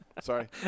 Sorry